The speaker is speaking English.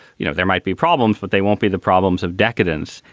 you know, there might be problems, but they won't be the problems of decadence.